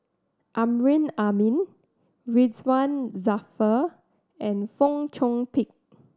Amrin Amin Ridzwan Dzafir and Fong Chong Pik